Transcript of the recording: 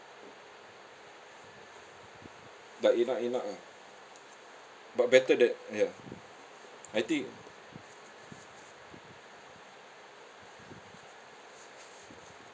but enak enak ah but better that ya I think